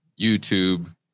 YouTube